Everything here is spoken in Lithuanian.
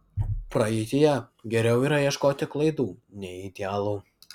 praeityje geriau yra ieškoti klaidų nei idealų